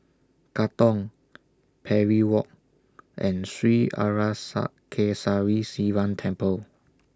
Katong Parry Walk and Sri Arasakesari Sivan Temple